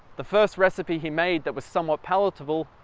the first recipe he made that was somewhat palatable,